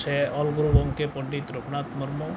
ᱥᱮ ᱚᱞ ᱜᱩᱨᱩ ᱜᱚᱢᱠᱮ ᱯᱚᱸᱰᱮᱛ ᱨᱟᱹᱜᱷᱩᱱᱟᱛᱷ ᱢᱩᱨᱢᱩ